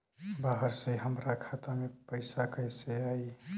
बाहर से हमरा खाता में पैसा कैसे आई?